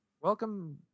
Welcome